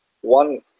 one